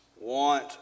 want